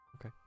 Okay